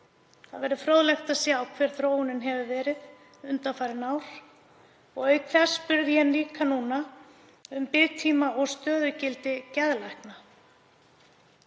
Það verður fróðlegt að sjá hver þróunin hefur verið undanfarin ár. Auk þess spurði ég um biðtíma og stöðugildi geðlækna.